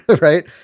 right